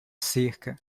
cerca